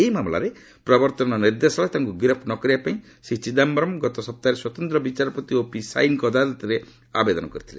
ଏହି ମାମଲାରେ ପ୍ରବର୍ତ୍ତନ ନିର୍ଦ୍ଦେଶାଳୟ ତାଙ୍କୁ ଗିରଫ୍ ନ କରିବା ପାଇଁ ଶ୍ରୀ ଚିଦାୟରମ୍ ଗତ ସପ୍ତାହରେ ସ୍ୱତନ୍ତ୍ର ବିଚାରପତି ଓପି ସାଇନ୍ଙ୍କ ଅଦାଲତରେ ଆବେଦନ କରିଥିଲେ